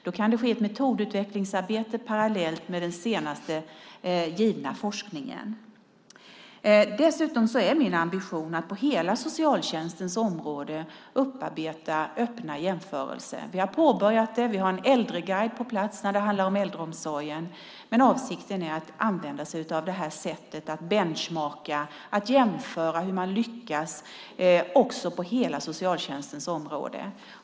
Då kan det ske ett metodutvecklingsarbete parallellt med den senaste forskningen. Min ambition är dessutom att på hela socialtjänstens område upparbeta öppna jämförelser. Vi har påbörjat det. Vi har en äldreguide på plats när det gäller äldreomsorgen. Men avsikten är att använda sig av benchmarking, att jämföra hur man lyckats på hela socialtjänstens område.